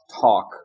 talk